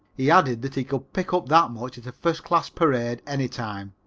he added that he could pick up that much at a first-class parade any time.